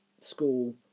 school